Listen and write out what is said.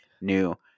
new